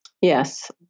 Yes